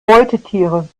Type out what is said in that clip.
beutetiere